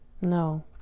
No